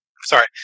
Sorry